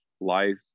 life